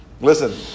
Listen